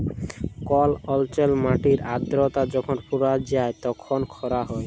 call অল্চলে মাটির আদ্রতা যখল ফুরাঁয় যায় তখল খরা হ্যয়